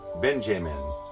Benjamin